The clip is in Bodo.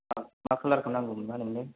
मा मा कालारखौ नांगौमोनबा नोंनो